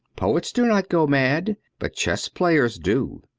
poets do not go mad, but chess-players do.